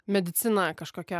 medicina kažkokia